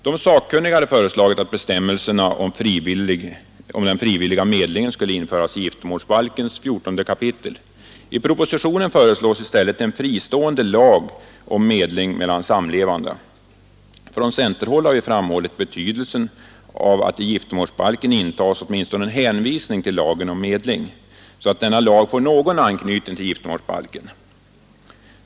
De sakkunniga hade föreslagit att bestämmelserna om den frivilliga medlingen skulle införas i giftermålsbalkens 14 kap. I propositionen föreslås i stället en fristående lag om medling mellan samlevande. Från centerhåll har vi framhållit betydelsen av att i giftermålsbalken intas åtminstone en hänvisning till lagen om medling, så att denna lag får någon anknytning till giftermålsbalken.